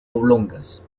oblongas